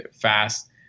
fast